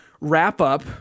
wrap-up